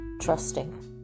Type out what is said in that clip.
trusting